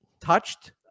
touched